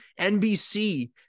NBC